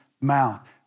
mouth